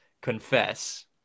confess